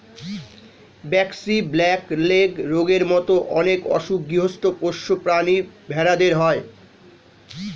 braxy, black leg রোগের মত অনেক অসুখ গৃহস্ত পোষ্য প্রাণী ভেড়াদের হয়